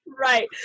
Right